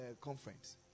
conference